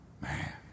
Man